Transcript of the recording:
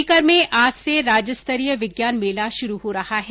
सीकर में आज से राज्यस्तरीय विज्ञान मेला शुरू हो रहा है